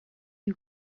you